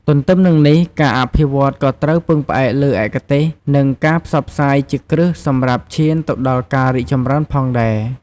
ទន្ទឹមនិងនេះ ការអភិវឌ្ឍន៍ក៏ត្រូវពឹងផ្អែកលើឯកទេស និងការផ្សព្វផ្សាយជាគ្រឹះសម្រាប់ឈានទៅដល់ការរីកចម្រើនផងដែរ។